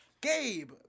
Gabe